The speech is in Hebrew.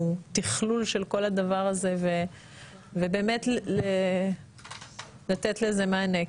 תכלול של כל הדבר הזה ובאמת לתת לזה מענה?